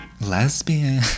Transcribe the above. Lesbian